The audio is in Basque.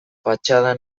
fatxada